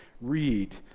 read